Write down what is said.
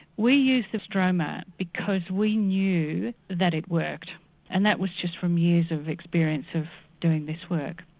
we used the stroma because we knew that it worked and that was just from years of experience of doing this work.